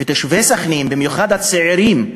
ותושבי סח'נין, במיוחד הצעירים,